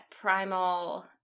primal